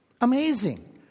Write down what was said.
Amazing